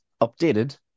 updated